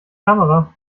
kamera